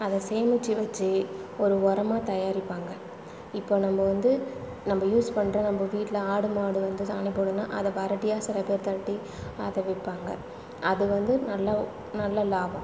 அதை சேமிச்சு வச்சு ஒரு ஒரமாக தயாரிப்பாங்க இப்போ நம்ம வந்து நம்ப யூஸ் பண்ணுற நம்ப வீட்டில் ஆடு மாடு வந்து சாணி போடுதுனால் அதிய வரட்டியாக சில பேர் தட்டி அதை விற்பாங்க அது வந்து நல்லா நல்ல லாபம்